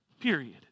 Period